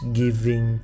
giving